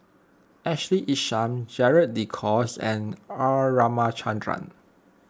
Ashley Isham Gerald De Cruz and R Ramachandran